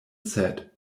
said